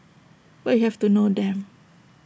but you have to know them